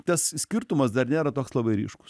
tas skirtumas dar nėra toks labai ryškus